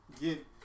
get